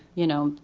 you know,